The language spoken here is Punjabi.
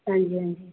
ਹਾਂਜੀ ਹਾਂਜੀ